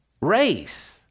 race